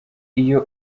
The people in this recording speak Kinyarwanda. iyo